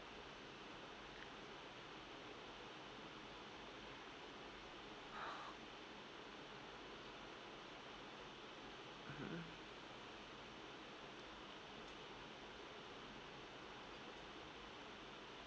mmhmm